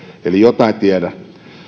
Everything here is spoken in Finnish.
eli jotain tiedän